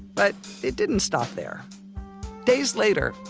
but it didn't stop there days later,